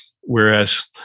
Whereas